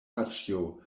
paĉjo